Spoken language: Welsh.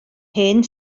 hen